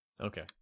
Okay